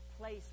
place